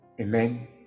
Amen